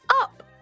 up